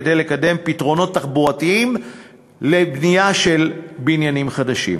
כדי לקדם פתרונות תחבורתיים לבנייה של בניינים חדשים.